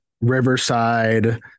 Riverside